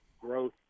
growth